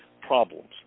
problems